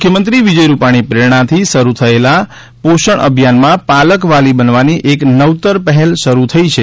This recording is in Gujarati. મુખ્યમંત્રી વિજય રૂપાણીની પ્રેરણાથી શરૂ થયેલા પોષણ અભિયાન માં પાલક વાલી બનવાની એક નવતર પહેલ શરૂ થઈ છે